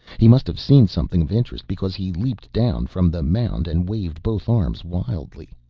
he must have seen something of interest because he leaped down from the mound and waved both arms wildly.